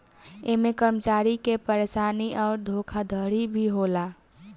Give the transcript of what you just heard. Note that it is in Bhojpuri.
ऐमे कर्मचारी के परेशानी अउर धोखाधड़ी भी होला